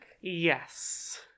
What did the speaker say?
Yes